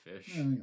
fish